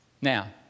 Now